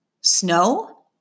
Snow